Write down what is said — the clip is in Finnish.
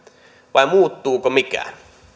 vai muuttuuko mikään